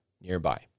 nearby